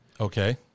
Okay